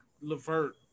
Levert